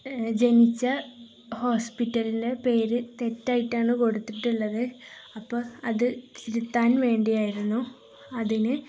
ജനിച്ച ഹോസ്പിറ്റലില് പേരു തെറ്റായിട്ടാണു കൊടുത്തിട്ടുള്ളത് അപ്പോള് അതു തിരുത്താൻ വേണ്ടിയായിരുന്നു അതിന്